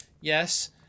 Yes